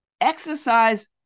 exercise